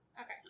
Okay